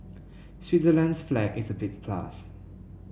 Switzerland's flag is a big plus